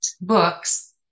Books